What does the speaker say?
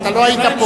אתה לא היית פה.